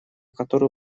которую